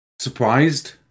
surprised